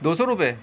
دو سو روپے